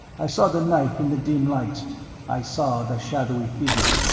i saw the knife in the dim light i saw the shadowy figure.